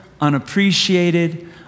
unappreciated